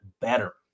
better